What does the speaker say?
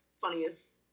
funniest